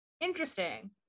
Interesting